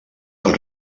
del